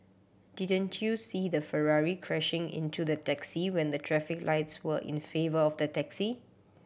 didn't you see the Ferrari crashing into the taxi when the traffic lights were in favour of the taxi